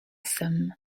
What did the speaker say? somme